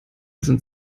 sind